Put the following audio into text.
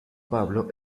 pablo